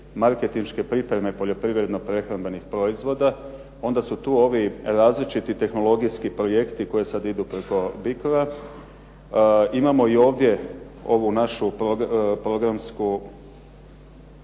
marketinške pripreme poljoprivredno prehrambenih proizvoda, onda su tu ovi različiti tehnologijski projekti koji sada idu preko BICRO-a. Imamo ovdje ovu našu programsku